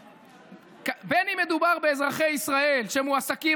בין אם מדובר באזרחי ישראל שמועסקים